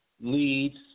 leads